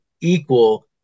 equal